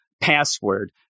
password